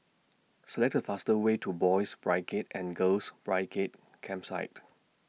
Select The faster Way to Boys' Brigade and Girls' Brigade Campsite